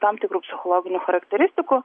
tam tikrų psichologinių charakteristikų